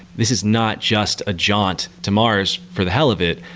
this is not just a jaunt to mars for the hell of it.